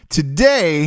today